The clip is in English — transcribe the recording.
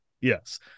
Yes